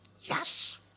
Yes